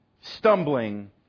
Stumbling